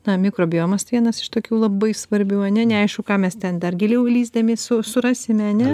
na mikrobiomas tai vienas iš tokių labai svarbių ane neaišku ką mes ten dar giliau įlįsdami su surasime ane